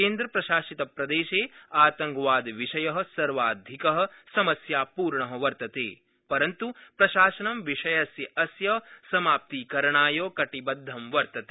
केन्द्रप्रशासितप्रदेशे आतंकवादविषयः सर्वाधिकः समास्यापूर्णः वर्तते परन्तु प्रशासनं विषयस्य अस्य समाप्तीकरणाय कटिबद्धं वर्तते